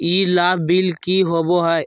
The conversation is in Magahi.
ई लाभ बिल की होबो हैं?